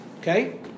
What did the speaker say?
Okay